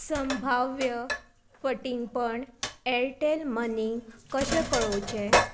संभाव्य फटींगपण एअरटेल मनीक कशें कळोवचें